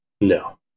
No